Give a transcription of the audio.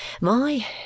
My